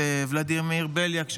את ולדימיר בליאק,